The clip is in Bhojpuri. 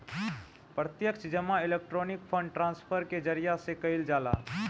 प्रत्यक्ष जमा इलेक्ट्रोनिक फंड ट्रांसफर के जरिया से कईल जाला